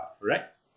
correct